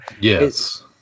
yes